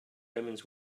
omens